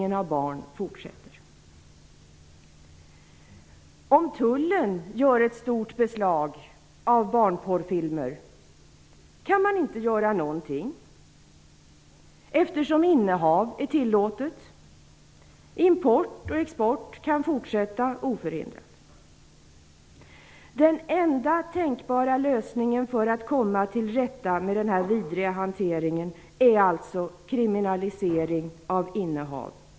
Om tullen gör ett stort beslag av barnporrfilmer kan man inte göra någonting eftersom innehav är tillåtet. Import och export kan fortsätta obehindrat. Den enda tänkbara lösningen för att komma till rätta med denna vidriga hantering är alltså kriminalisering av innehav.